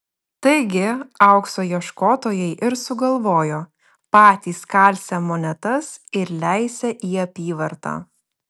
taigi aukso ieškotojai ir sugalvojo patys kalsią monetas ir leisią į apyvartą